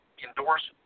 endorse